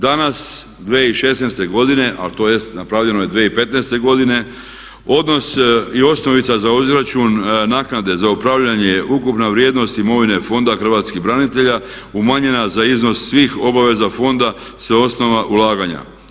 Danas 2016. godine, a tj. napravljeno je 2015. godine odnos i osnovica za izračun naknade za upravljanje ukupna vrijednost imovine Fonda hrvatskih branitelja umanjena za iznos svih obaveza fonda sa osnova ulaganja.